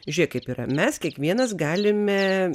žiūrėk kaip yra mes kiekvienas galime